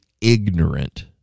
ignorant